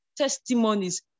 testimonies